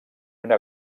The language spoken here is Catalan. una